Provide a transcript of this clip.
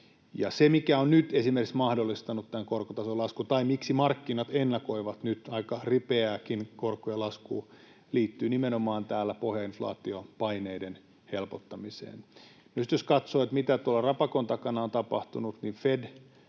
Se, mikä on nyt esimerkiksi mahdollistanut tämän korkotason laskun tai miksi markkinat ennakoivat nyt aika ripeääkin korkojen laskua, liittyy nimenomaan pohjainflaatiopaineiden helpottamiseen. Nyt jos katsoo, mitä tuolla rapakon takana on tapahtunut, niin FED